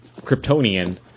Kryptonian